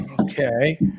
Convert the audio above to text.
Okay